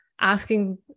asking